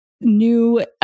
new